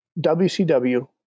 WCW